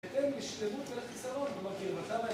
ותתן לשלמות ולחיסרון במרכיב.